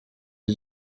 and